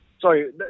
Sorry